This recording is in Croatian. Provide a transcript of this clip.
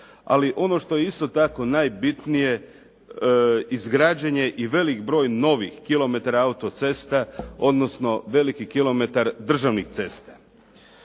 ali ono što je isto tako najbitnije, izgrađen je i velik broj novih kilometara autocesta, odnosno veliki kilometar državnih cesta.